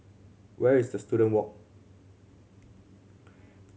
where is the Student Walk